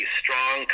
strong